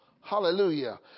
Hallelujah